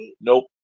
Nope